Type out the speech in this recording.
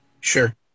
sure